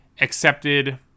accepted